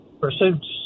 pursuits